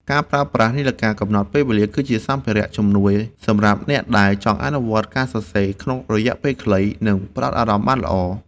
ការប្រើប្រាស់នាឡិកាកំណត់ពេល គឺជាសម្ភារៈជំនួយសម្រាប់អ្នកដែលចង់អនុវត្តការសរសេរក្នុងរយៈពេលខ្លី និងផ្ដោតអារម្មណ៍បានល្អ។